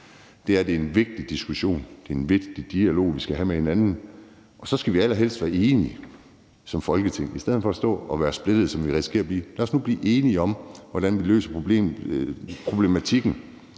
nemlig at det er en vigtig diskussion, og at det er en vigtig dialog, vi skal have med hinanden. Og så skal vi allerhelst være enige som Folketing. I stedet for at stå og være splittede, som vi risikerer at blive, så lad os nu blive enige om, hvordan vi løser problematikken.